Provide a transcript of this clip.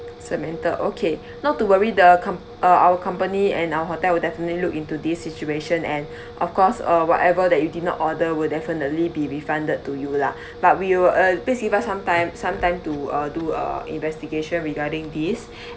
samantha okay not to worry the com~ uh our company and our hotel will definitely look into this situation and of course uh whatever that you did not order will definitely be refunded to you lah but we will uh please give us sometime sometime to uh do a investigation regarding this